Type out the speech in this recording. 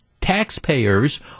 taxpayers